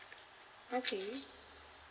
okay